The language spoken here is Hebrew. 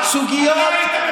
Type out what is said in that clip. הייתה תקופת קורונה.